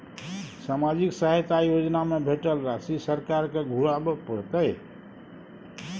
सामाजिक सहायता योजना में भेटल राशि सरकार के घुराबै परतै?